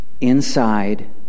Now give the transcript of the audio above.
Inside